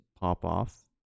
pop-off